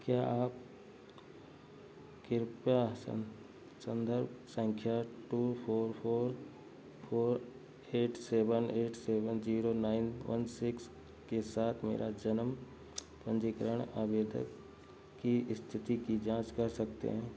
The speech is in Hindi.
क्या आप कृपया सन संदर्भ संख्या two four four four eight seven eight seven zero nine one six के साथ मेरा जन्म पंजीकरण आवेदक की स्थिति की जाँच कर सकते हैं